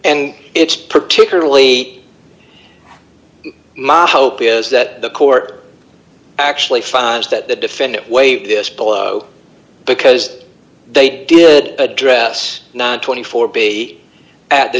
it's particularly my hope is that the court actually finds that the defendant waived this below because they did address twenty four b at the